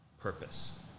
purpose